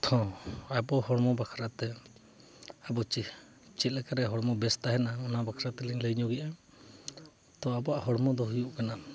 ᱱᱤᱛᱦᱚᱸ ᱟᱵᱚ ᱦᱚᱲᱢᱚ ᱵᱟᱠᱷᱨᱟ ᱛᱮ ᱟᱵᱚ ᱪᱮᱫ ᱞᱮᱠᱟᱨᱮ ᱦᱚᱲᱢᱚ ᱵᱮᱥ ᱛᱟᱦᱮᱱᱟ ᱚᱱᱟ ᱵᱟᱠᱷᱨᱟ ᱛᱮᱞᱤᱧ ᱞᱟᱹᱭ ᱧᱚᱜᱮᱫᱼᱟ ᱛᱚ ᱟᱵᱚᱣᱟᱜ ᱦᱚᱲᱢᱚ ᱫᱚ ᱦᱩᱭᱩᱜ ᱠᱟᱱᱟ